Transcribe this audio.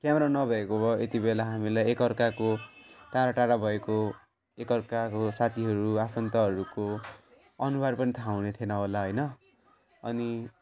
camera नभएको भए यति बेला हामीलाई एकअर्काको टाढा टाढा भएको एकअर्काको साथीहरू आफन्तहरूको अनुहार पनि थाह हुने थिएन होला होइन अनि